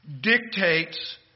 dictates